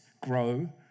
grow